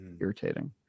Irritating